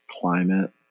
climate